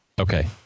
Okay